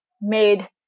made